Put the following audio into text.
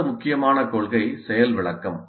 அடுத்த முக்கியமான கொள்கை செயல் விளக்கம்